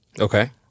Okay